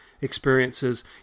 experiences